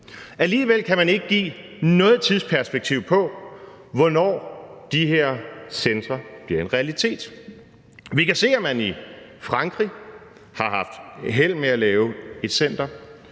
Alligevel kan man ikke give noget tidsperspektiv på, hvornår de her centre bliver en realitet. Vi kan se, at man i Frankrig har haft held med at lave et center.